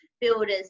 builders